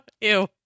Ew